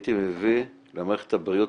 הייתי מביא למערכת הבריאות,